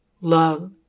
love